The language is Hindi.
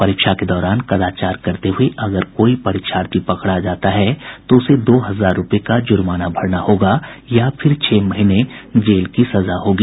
परीक्षा के दौरान कदाचार करते हुए अगर कोई परीक्षार्थी पकड़ा जाता है तो उसे दो हजार रुपये का जुर्माना भरना होगा या फिर छह महीने जेल की सजा होगी